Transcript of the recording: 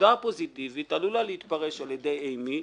הודעה פוזיטיבית עלולה להתפרש על ידי איי מי,